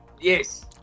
Yes